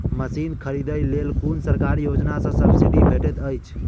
Machine खरीदे लेल कुन सरकारी योजना सऽ सब्सिडी भेटैत अछि?